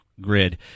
Grid